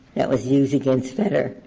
that was used against fedder,